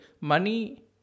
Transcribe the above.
Money